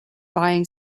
buying